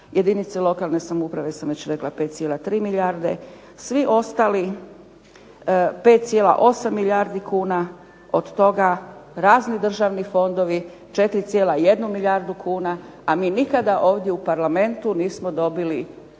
jedinice lokalne samouprave već sam rekla 5,3 milijarde. Svi ostali 5,8 milijardi kuna. Od toga razni državni fondovi 4,1 milijardu kuna. A mi nikada ovdje u Parlamentu nismo dobili